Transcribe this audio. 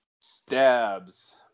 stabs